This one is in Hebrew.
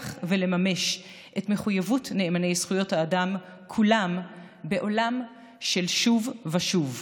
ולממש את מחויבות נאמני זכויות האדם כולם בעולם של שוב ושוב.